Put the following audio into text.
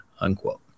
unquote